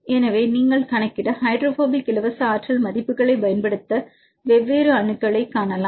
எனவே நீங்கள் கணக்கிட ஹைட்ரோபோபிக் இலவச ஆற்றல் மதிப்புகளைப் பயன்படுத்தக்கூடிய வெவ்வேறு அணுக்களைக் காணலாம்